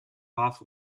off